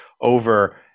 over